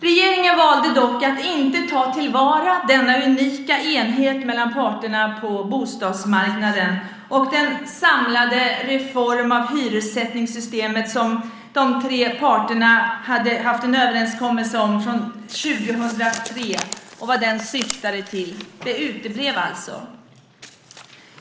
Regeringen valde dock att inte ta till vara denna unika enighet mellan parterna på bostadsmarknaden och den samlade reform av hyressättningssystemet som de tre parterna hade haft en överenskommelse om från 2003 och vad den syftade till. Det uteblev alltså.